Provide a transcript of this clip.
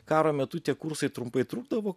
karo metu tie kursai trumpai trukdavo